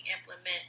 implement